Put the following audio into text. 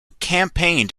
campaigned